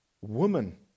Woman